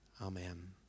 Amen